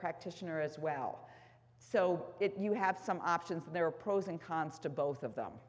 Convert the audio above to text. practitioner as well so it you have some options and there are pros and cons to both of them